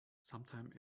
sometimes